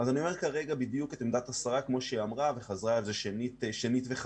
אני אומר כרגע את עמדת השרה כמו שהיא אמרה וחזרה על זה שנית חזור.